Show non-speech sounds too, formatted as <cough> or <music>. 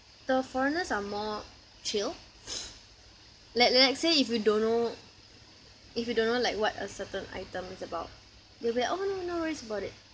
the foreigners are more chill <breath> let let's say if you don't know if you don't know like what a certain item is about they will oh no no worries about it